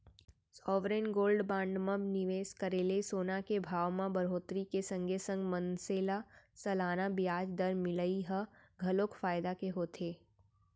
sovereign gold bond म निवेस करे ले सोना के भाव म बड़होत्तरी के संगे संग मनसे ल सलाना बियाज दर मिलई ह घलोक फायदा के होथे